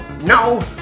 no